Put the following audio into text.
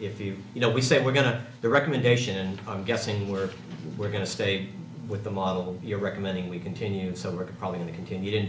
if you you know we said we're going to the recommendation i'm guessing we're we're going to stay with the model you're recommending we continue so we're probably continue didn't